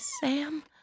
Sam